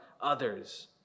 others